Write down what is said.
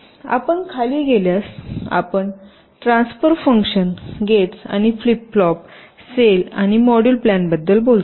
आपण खाली गेल्यास आपण ट्रान्सफर फंक्शन गेट्स आणि फ्लिप फ्लॉप सेल आणि मॉड्यूल प्लॅनबद्दल बोलता